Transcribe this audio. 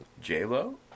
J-Lo